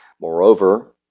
Moreover